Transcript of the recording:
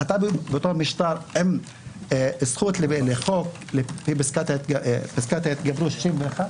אתה באותו משטר עם זכות לחוק ופסקת ההתגברות 61,